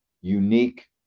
unique